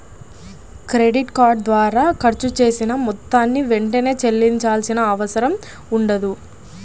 credit card ద్వారా ఖర్చు చేసిన మొత్తాన్ని వెంటనే చెల్లించాల్సిన అవసరం ఉండదు